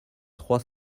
trois